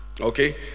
Okay